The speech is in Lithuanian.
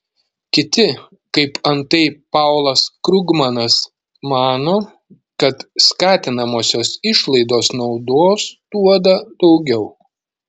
kiti kaip antai paulas krugmanas mano kad skatinamosios išlaidos naudos duoda daugiau